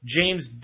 James